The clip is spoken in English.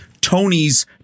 Tony's